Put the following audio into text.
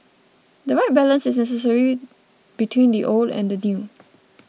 the right balance is necessary between the old and the new